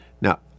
Now